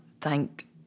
Thank